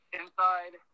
inside